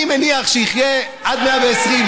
אני מניח שיחיה עד 120,